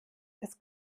das